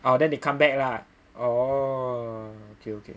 oh then they come back lah oo okay okay